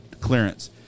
clearance